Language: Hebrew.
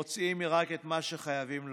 מוציאים רק את מה שחייבים להוציא.